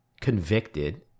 convicted